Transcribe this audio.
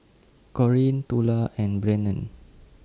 Corinne Tula and Brennen